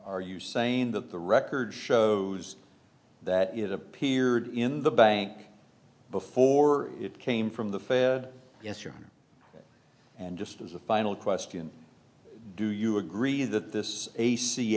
are you saying that the record shows that it appeared in the bank before it came from the fair yes your honor and just as a final question do you agree that this a